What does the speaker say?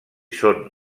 són